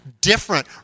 different